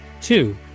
Two